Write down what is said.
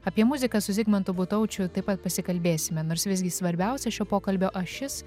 apie muziką su zigmantu butaučiu taip pat pasikalbėsime nors visgi svarbiausia šio pokalbio ašis